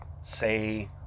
say